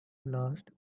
lost